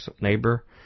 neighbor